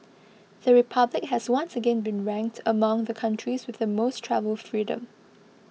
the republic has once again been ranked among the countries with the most travel freedom